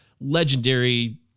legendary